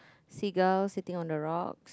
seagull sitting on the rock